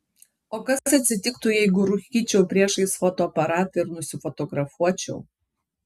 o kas atsitiktų jeigu rūkyčiau priešais fotoaparatą ir nusifotografuočiau